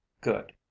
good